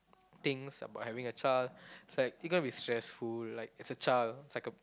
things about having a child it's like gonna be stressful like it's a child like a